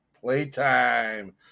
Playtime